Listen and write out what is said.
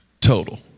total